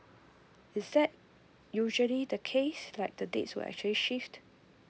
is that usually the case like the date will actually shift